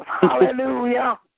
Hallelujah